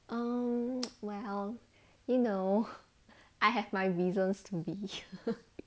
um well you know I have my reasons to be